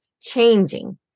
changing